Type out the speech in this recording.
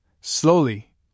Slowly